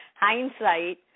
hindsight